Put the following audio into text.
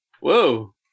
Whoa